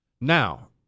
Now